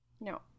no